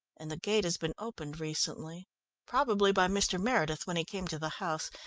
and the gate has been opened recently probably by mr. meredith when he came to the house.